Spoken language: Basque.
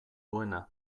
duena